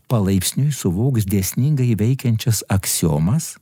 palaipsniui suvoks dėsningai veikiančias aksiomas